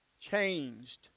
changed